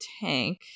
tank